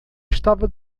estava